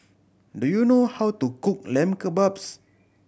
do you know how to cook Lamb Kebabs